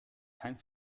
kein